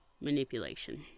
manipulation